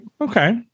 okay